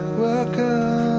welcome